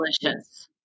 delicious